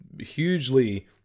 hugely